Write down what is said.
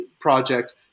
project